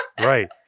right